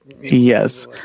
Yes